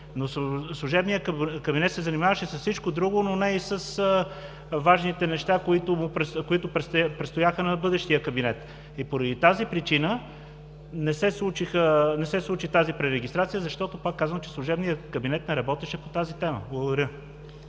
Служебният кабинет се занимаваше с всичко друго, но не и с важните неща, които престояха на бъдещия кабинет. Поради тази причина не се случи тази пререгистрация, защото, пак казвам, служебният кабинет не работеше по тази тема. Благодаря.